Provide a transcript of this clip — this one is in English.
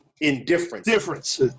Indifference